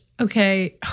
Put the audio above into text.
Okay